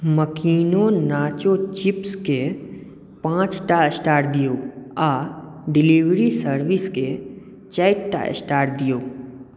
मकीनो nacho चिप्सकेँ पाँचटा star दियौ आ डिलीवरी सर्विसकेँ चारिटा स्टार दियौ